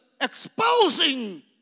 exposing